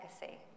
legacy